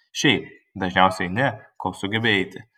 šiaip dažniausiai eini kol sugebi eiti